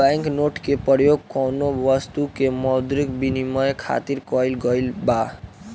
bank note के परयोग कौनो बस्तु के मौद्रिक बिनिमय खातिर कईल गइल बा